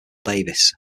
davis